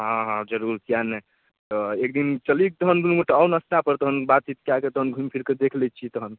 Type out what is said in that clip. हँ हँ जरूर किएक नहि तऽ एकदिन चली तहन दुनूगोटा आउ नाश्तापर तहन बातचीत कऽ कऽ तहन घुमिफिरिकऽ देख लै छिए तहन